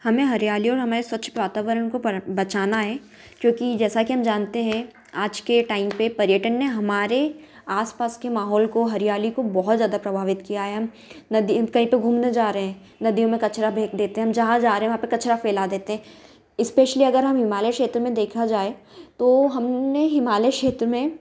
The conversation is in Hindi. हमें हरियाली और हमें स्वच्छ वातावरण को बचाना है क्योंकि जैसा कि हम जानते हैं आज के टाइम पर पर्यटन ने हमारे आस पास के माहौल को हरियाली को बहुत ज़्यादा प्रभावित किया है नदी कहीं पर घूमने जा रहे हैं नदियों में कचरा फेंक देते हैं हम जहाँ जा रहे हैं वहाँ पर कचरा फैला देते हैं स्पेशली अगर हम हिमालय क्षेत्र में देखा जाए तो हमने हिमालय क्षेत्र में